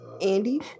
Andy